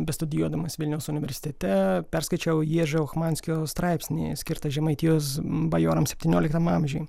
bestudijuodamas vilniaus universitete perskaičiau ježo ochmanskio straipsnį skirtą žemaitijos bajorams septynioliktam amžiui